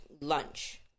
lunch